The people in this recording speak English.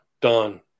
Done